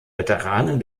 veteranen